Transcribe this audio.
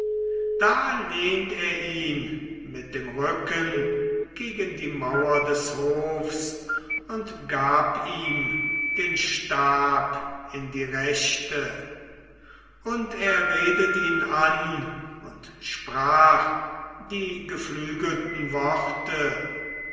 da lehnt er ihn mit dem rücken gegen die mauer des hofs und gab ihm den stab in die rechte und er redet ihn an und sprach die geflügelten worte